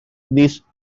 these